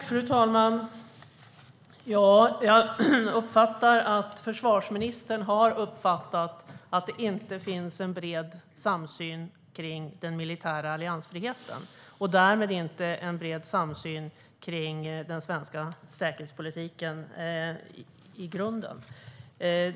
Fru talman! Jag uppfattar att försvarsministern har uppfattat att det inte finns någon bred samsyn om den militära alliansfriheten och därmed inte någon bred samsyn om den svenska säkerhetspolitiken i grunden.